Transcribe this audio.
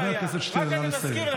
חבר הכנסת שטרן, נא לסיים.